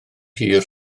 hir